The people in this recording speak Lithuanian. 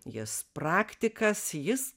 jis praktikas jis